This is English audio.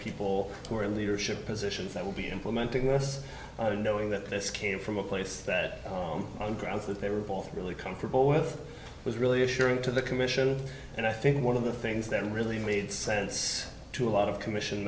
people who are leadership positions that will be implementing this i don't know it that this came from a place that on grounds that they were both really comfortable with was really assuring to the commission and i think one of the things that really made sense to a lot of commission